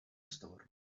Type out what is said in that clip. storm